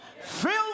filled